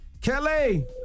Kelly